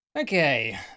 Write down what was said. Okay